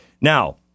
Now